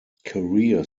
career